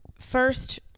First